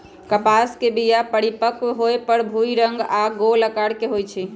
कपास के बीया परिपक्व होय पर भूइल रंग आऽ गोल अकार के होइ छइ